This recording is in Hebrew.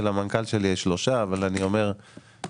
המנכ"ל שלי שלושה חודשים אבל אני אומר חודשיים.